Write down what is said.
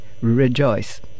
Rejoice